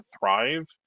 thrive